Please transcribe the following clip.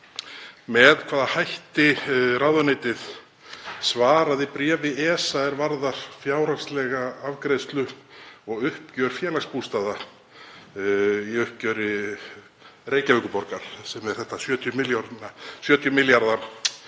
með hvaða hætti ráðuneytið svaraði bréfi ESA er varðar fjárhagslega afgreiðslu og uppgjör Félagsbústaða í uppgjöri Reykjavíkurborgar, 70 milljarða